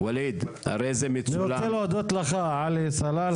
אני רוצה להודות לך עלי סלאלחה.